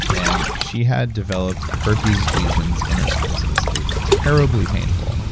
and she had developed herpes lesions in her sinuses, it was terribly painful. um and